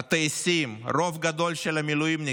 הטייסים, רוב גדול של המילואימניקים,